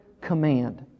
command